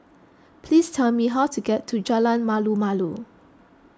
please tell me how to get to Jalan Malu Malu